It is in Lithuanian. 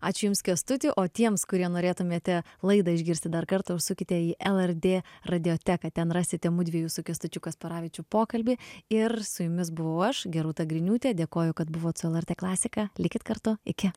ačiū jums kęstuti o tiems kurie norėtumėte laidą išgirsti dar kartą užsukite į lrt radioteką ten rasite mudviejų su kęstučiu kasparavičium pokalbį ir su jumis buvau aš gerūta griniūtė dėkoju kad buvot su lrt klasika likit kartu iki